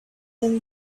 then